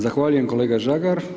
Zahvaljujem kolega Žagar.